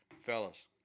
fellas